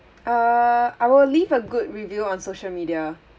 uh I will leave a good review on social media